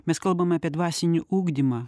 mes kalbame apie dvasinį ugdymą